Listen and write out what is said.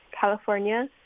California